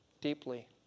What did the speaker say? deeply